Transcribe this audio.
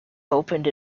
opened